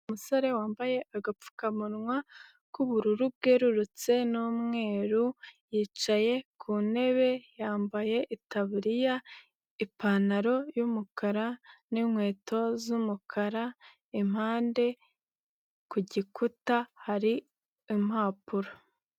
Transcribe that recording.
Umusore wambaye agapfukamunwa k'ubururu bwererutse n'umweru yicaye ku ntebe, yambaye itaburiya, ipantaro y'umukara n'inkweto z'umukara, impande ku gikuta hari impapuro.